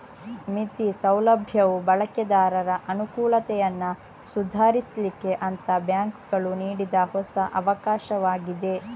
ಮಿತಿ ಸೌಲಭ್ಯವು ಬಳಕೆದಾರರ ಅನುಕೂಲತೆಯನ್ನ ಸುಧಾರಿಸ್ಲಿಕ್ಕೆ ಅಂತ ಬ್ಯಾಂಕುಗಳು ನೀಡಿದ ಹೊಸ ಅವಕಾಶವಾಗಿದೆ